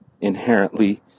inherently